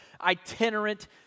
itinerant